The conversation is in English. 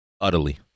Utterly